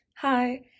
Hi